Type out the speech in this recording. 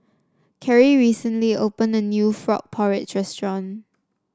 Carry recently opened a new Frog Porridge restaurant